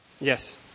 Yes